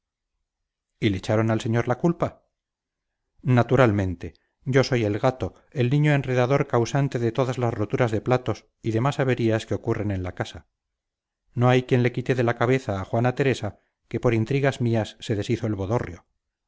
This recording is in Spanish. y le echaron al señor la culpa naturalmente yo soy el gato el niño enredador causante de todas las roturas de platos y demás averías que ocurren en la casa no hay quien le quite de la cabeza a juana teresa que por intrigas mías se deshizo el bodorrio